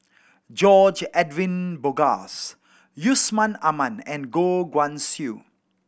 George Edwin Bogaars Yusman Aman and Goh Guan Siew